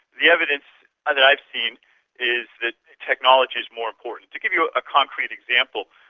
the evidence ah that i've seen is that technology is more important. to give you a ah concrete example,